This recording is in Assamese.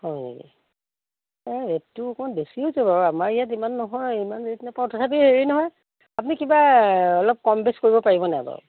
হয় নেকি এই ৰে'টটো অকণ বেছি হৈছে বাৰু আমাৰ ইয়াত ইমান নহয় ইমান ৰে'ট নাপাওঁ তথাপি হেৰি নহয় আপুনি কিবা অলপ কম বেছ কৰিব পাৰিবনে বাও